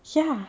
ya